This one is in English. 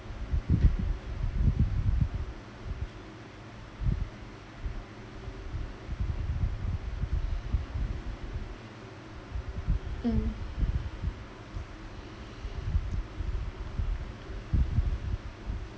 mm